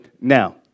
now